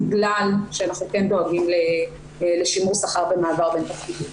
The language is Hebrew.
בגלל שאנחנו כן דואגים לשימור שכר במעבר בין תפקידים.